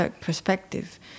perspective